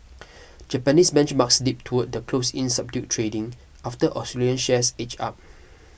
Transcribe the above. Japanese benchmarks dipped toward the close in subdued trading after Australian shares edged up